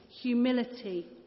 humility